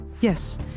yes